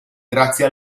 grazie